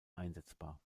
einsetzbar